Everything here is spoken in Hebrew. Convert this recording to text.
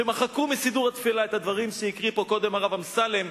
שמחקו מסידור התפילה את הדברים שהקריא פה קודם הרב אמסלם,